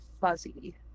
fuzzy